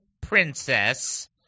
princess